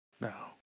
now